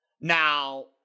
Now